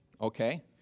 Okay